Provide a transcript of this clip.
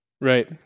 Right